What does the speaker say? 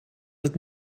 het